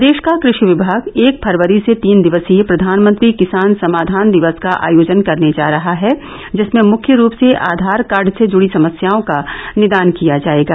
प्रदेश का कृषि विभाग एक फरवरी से तीन दिवसीय प्रधानमंत्री किसान समाधान दिवस का आयोजन करने जा रहा है जिसमें मृख्य रूप से आधार कार्ड से जुडी समस्याओं का निदान किया जायेगा